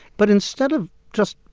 but instead of just,